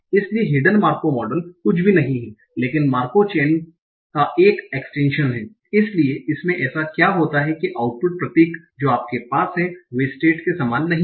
इसलिए hidden Markov model कुछ भी नहीं है लेकिन मार्कोव चैन का एक एक्सटेंशन है इसलिए इसमें ऐसा क्या होता है कि आउटपुट प्रतीक जो आपके पास हैं वे स्टेट्स के समान नहीं हैं